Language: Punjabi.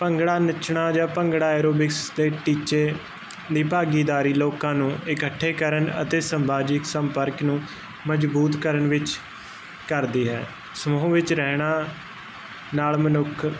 ਭੰਗੜਾ ਨੱਚਣਾ ਜਾਂ ਭੰਗੜਾ ਐਰੋਬਿਕਸ ਤੇ ਟੀਚੇ ਦੀ ਭਾਗੀਦਾਰੀ ਲੋਕਾਂ ਨੂੰ ਇਕੱਠੇ ਕਰਨ ਅਤੇ ਸੰਬਾਜਿਕ ਸੰਪਰਕ ਨੂੰ ਮਜਬੂਤ ਕਰਨ ਵਿੱਚ ਕਰਦੀ ਹੈ ਸਮੂਹ ਵਿੱਚ ਰਹਿਣਾ ਨਾਲ ਮਨੁੱਖ